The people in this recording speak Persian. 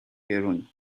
گرونه